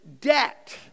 debt